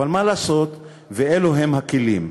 אבל מה לעשות ואלו הם הכלים.